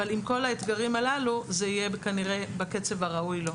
אבל עם כל האתגרים הללו זה יהיה כנראה בקצב הראוי לו.